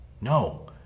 No